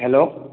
hello